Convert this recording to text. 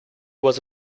was